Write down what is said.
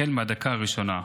החל מהדקה הראשונה.